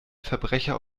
verbrecher